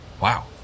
wow